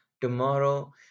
tomorrow